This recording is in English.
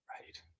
Right